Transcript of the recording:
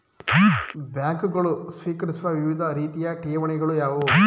ಬ್ಯಾಂಕುಗಳು ಸ್ವೀಕರಿಸುವ ವಿವಿಧ ರೀತಿಯ ಠೇವಣಿಗಳು ಯಾವುವು?